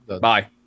Bye